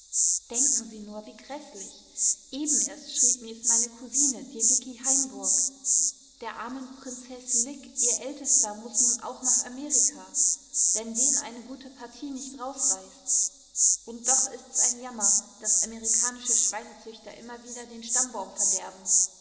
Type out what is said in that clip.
denken sie nur wie gräßlich eben erst schrieb mir's meine cousine die vicky heimburg der armen prinzeß lyck ihr ältester muß nun auch nach amerika wenn den eine gute partie nicht rausreißt und doch ist's ein jammer daß amerikanische schweinezüchter immer wieder den stammbaum verderben